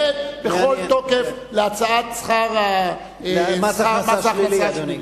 התנגד בכל תוקף להצעת מס הכנסה שלילי.